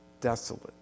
desolate